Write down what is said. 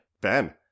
Ben